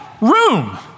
room